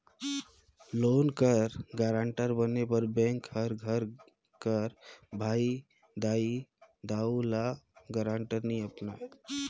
loan कर guarantor बने बर बेंक हर घर कर भाई, दाई, दाऊ, ल गारंटर नी अपनाए